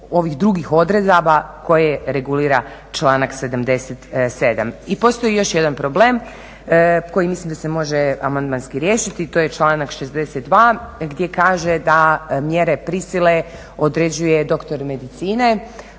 odredaba koje regulira članak 77. I postoji još jedan problem koji mislim da se može amandmanski riješiti, to je članak 62.gdje kaže da mjere prisile određuje doktor psihijatrije,